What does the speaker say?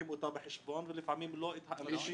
לוקחים אותה בחשבון ולפעמים לא את האנשים